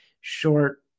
short